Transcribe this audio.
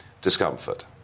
discomfort